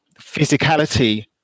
physicality